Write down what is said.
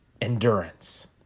Endurance